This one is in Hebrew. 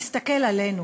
תסתכל עלינו.